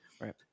Right